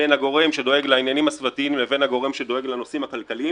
בין הגורם שדואג לעניינים הסביבתיים לבין הגורם שדואג לנושאים הכלכליים.